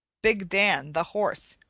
big dan, the horse,